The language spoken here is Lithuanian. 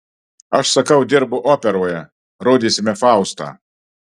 aš sakau dirbu operoje rodysime faustą